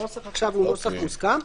הנוסח עכשיו הוא נוסח מוסכם.